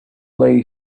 lay